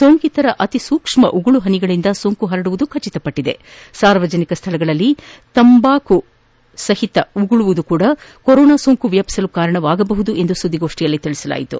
ಸೋಂಕಿತರ ಅತಿ ಸೂಕ್ಷ್ಮ ಉಗುಳು ಹನಿಗಳಿಂದ ಸೋಂಕು ಹರಡುವುದು ಖಚಿತಪಟ್ಟಿದೆ ಸಾರ್ವಜನಿಕ ಸ್ಥಳಗಳಲ್ಲಿ ಉಗುಳುವುದು ಸಹ ಕೊರೊನಾ ಸೋಂಕು ವ್ಲಾಪಿಸಲು ಕಾರಣವಾಗಬಹುದೆಂದು ಸುದ್ದಿಗೋಷ್ಟಿಯಲ್ಲಿ ತಿಳಿಸಲಾಯಿತು